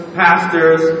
pastors